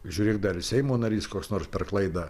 žiūrėk dar ir seimo narys koks nors per klaidą